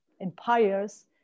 empires